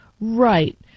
Right